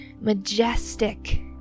majestic